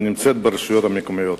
ברשויות המקומיות.